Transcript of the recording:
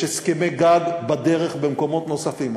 יש הסכמי גג בדרך במקומות נוספים.